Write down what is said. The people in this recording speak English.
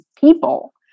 people